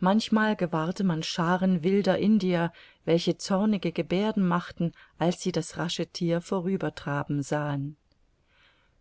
manchmal gewahrte man scharen wilder indier welche zornige geberden machten als sie das rasche thier vorübertraben sahen